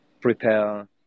prepare